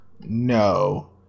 No